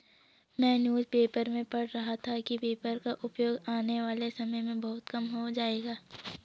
मैं newspaper में पढ़ रहा था कि पेपर का उपयोग आने वाले समय में बहुत कम हो जाएगा